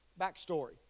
Backstory